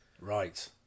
Right